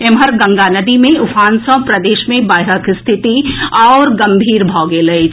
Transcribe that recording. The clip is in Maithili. एम्हर गंगा नदी मे उफान सॅ प्रदेश मे बाढ़िक स्थिति आओर गंभीर भऽ गेल अछि